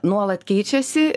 nuolat keičiasi